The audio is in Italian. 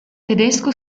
tedesco